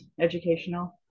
educational